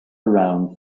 around